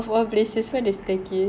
ya he went to the extent